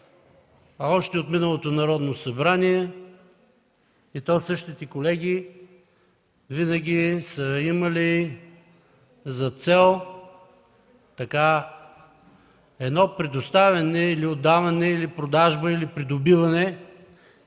още от миналото Народно събрание, и то същите колеги, винаги са имали за цел едно предоставяне или отдаване, или продажба, или придобиване